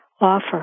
offer